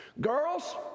Girls